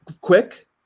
quick –